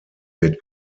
wird